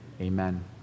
Amen